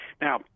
Now